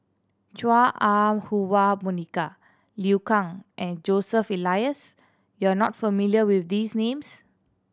Chua Ah Huwa Monica Liu Kang and Joseph Elias you are not familiar with these names